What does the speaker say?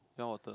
you want water